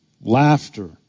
Laughter